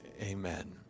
amen